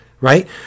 right